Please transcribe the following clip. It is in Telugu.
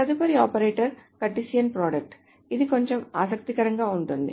తదుపరి ఆపరేటర్ కార్టీసియన్ ప్రోడక్ట్ ఇది కొంచెం ఆసక్తికరంగా ఉంటుంది